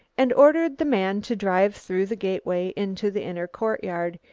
and ordered the man to drive through the gateway into the inner courtyard.